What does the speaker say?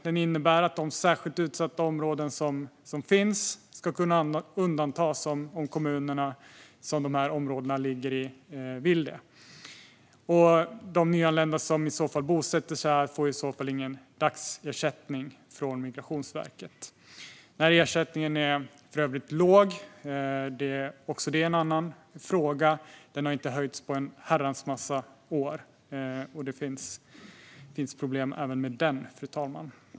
Det innebär att de särskilt utsatta områden som finns ska kunna undantas om de kommuner som områdena ligger i vill detta. De nyanlända som bosätter sig där får i så fall ingen dagersättning från Migrationsverket. Ersättningen är för övrigt låg. Också det är en annan fråga. Den har inte höjts på en herrans massa år, och det finns problem även med den.